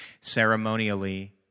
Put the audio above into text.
ceremonially